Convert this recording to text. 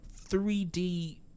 3d